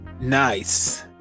Nice